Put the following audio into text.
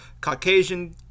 Caucasian